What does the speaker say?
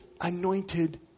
anointed